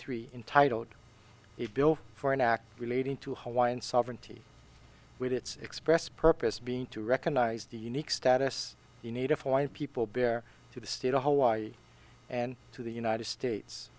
three entitled a bill for an act relating to hawaii and sovereignty with its express purpose being to recognize the unique status you need of white people bear to the state of hawaii and to the united states